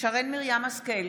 שרן מרים השכל,